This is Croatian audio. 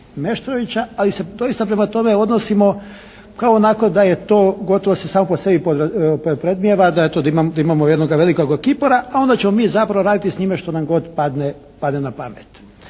ali se doista prema tome odnosimo kao onako da je to gotovo se samo po sebi predmnijeva da eto da imamo jednoga velikoga kipara a onda ćemo mi zapravo raditi s njime što nam god padne na pamet.